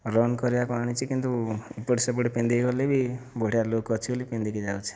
run କରିବାକୁ ଆଣିଛି କିନ୍ତୁ ଏପଟସେପଟ ପିନ୍ଧିକି ଗଲେ ବି ବଢ଼ିଆ ଲୁକ୍ ଅଛି ବୋଲିକି ପିନ୍ଧିକି ଯାଉଛି